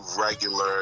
regular